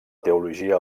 teologia